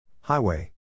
Highway